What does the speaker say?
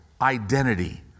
identity